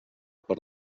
per